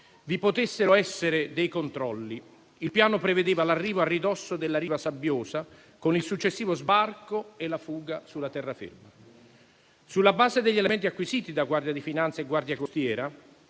potessero esservi dei controlli. Il piano prevedeva l'arrivo a ridosso della riva sabbiosa, con il successivo sbarco e la fuga sulla terraferma. Sulla base degli elementi acquisiti da Guardia di finanza e Guardia costiera,